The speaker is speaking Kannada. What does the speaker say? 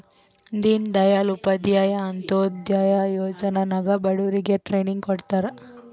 ದೀನ್ ದಯಾಳ್ ಉಪಾಧ್ಯಾಯ ಅಂತ್ಯೋದಯ ಯೋಜನಾ ನಾಗ್ ಬಡುರಿಗ್ ಟ್ರೈನಿಂಗ್ ಕೊಡ್ತಾರ್